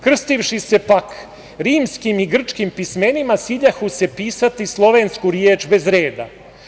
Krstivši se, pak, rimskim i grčkim pismenima ciljahu se pisati slovensku reč bez reda.